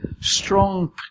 strong